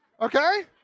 okay